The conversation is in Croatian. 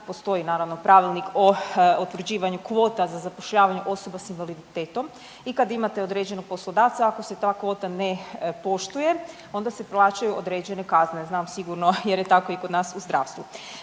postoji naravno pravilnik o utvrđivanju kvota za zapošljavanje osoba s invaliditetom i kad imate određenog poslodavca ako se ta kvota ne poštuje onda se plaćaju određene kazne, znam sigurno jer je tako i kod nas u zdravstvu.